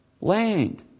land